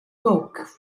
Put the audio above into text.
woke